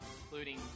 including